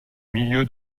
milieu